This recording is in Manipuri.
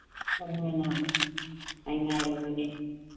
ꯍꯣꯏ ꯂꯥꯛꯑꯣ ꯑꯩ ꯉꯥꯏꯔꯝꯃꯒꯦ